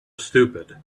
stupid